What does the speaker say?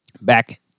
back